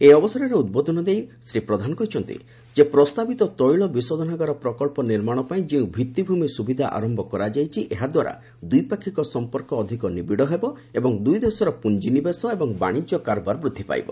ଏହି ଅବସରରେ ଉଦ୍ବୋଧନ ଦେଇ ମନ୍ତ୍ରୀ ଶ୍ରୀ ପ୍ରଧାନ କହିଛନ୍ତି ଯେ ପ୍ରସ୍ତାବିତ ତୈଳ ବିଶୋଧନାଗାର ପ୍ରକଳ୍ପ ନିର୍ମାଣ ପାଇଁ ଯେଉଁ ଭିଭି଼ମି ସୁବିଧା ଆରମ୍ଭ କରାଯାଇଛି ଏହା ଦ୍ୱାରା ଦ୍ୱିପାକ୍ଷିକ ସଫପର୍କ ଅଧିକ ନିବିଡ଼ ହେବ ଏବଂ ଦୁଇଦେଶର ପୁଞ୍ଜିନିବେଶ ଏବଂ ବାଣିଜ୍ୟ କାରବାର ବୃଦ୍ଧି ପାଇବ